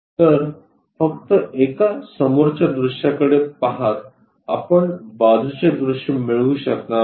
तर फक्त एका समोरच्या दृश्याकडे पाहत आपण बाजुचे दृश्य मिळवू शकणार नाही